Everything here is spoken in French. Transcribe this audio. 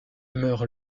meurt